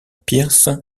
pierce